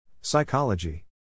Psychology